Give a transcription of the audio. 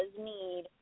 need